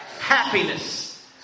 happiness